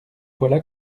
voilà